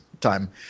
time